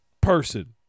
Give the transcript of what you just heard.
person